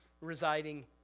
residing